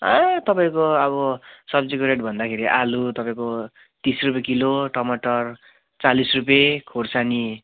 ए तपाईँको अब सब्जीको रेट भन्दाखेरि आलु तपाईँको तिस रुपियाँ किलो टमाटर चालिस रुपियाँ खोर्सानी